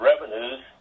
revenues